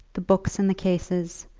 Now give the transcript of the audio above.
the books in the cases,